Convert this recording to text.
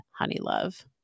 Honeylove